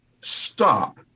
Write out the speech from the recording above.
stop